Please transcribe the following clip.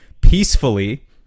peacefully